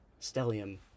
stellium